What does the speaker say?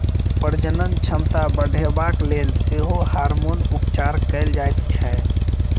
प्रजनन क्षमता बढ़यबाक लेल सेहो हार्मोन उपचार कयल जाइत छै